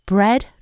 Bread